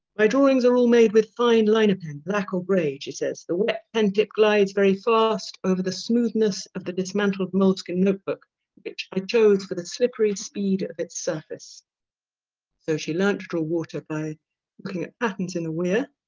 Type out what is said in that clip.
my drawings are all made with fine liner pen black or grey, she says, the wet pen tip glides very fast over the smoothness of the dismantled moleskin notebook which i chose for the slippery speed of its surface so she learned to draw water by looking at patterns in a weir